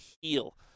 Heal